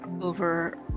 over